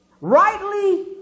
Rightly